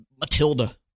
Matilda